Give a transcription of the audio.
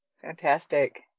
fantastic